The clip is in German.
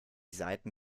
seiten